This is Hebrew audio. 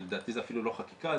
לדעתי זה אפילו לא חקיקה,